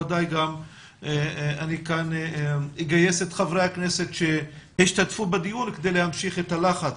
ודאי גם אני כאן אגייס את חברי הכנסת שהשתתפו בדיון כדי להמשיך את הלחץ